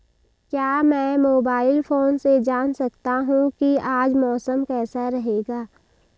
क्या मैं mobile phone से जान सकता हूँ कि आज मौसम कैसा रहेगा?